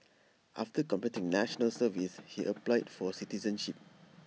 after completing National Service he applied for citizenship